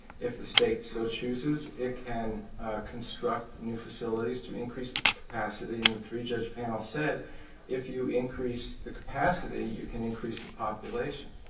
if the state still so chooses, it can construct new facilities to increase the capacity, and the three-judge panel said if you increase the capacity, you can increase the population.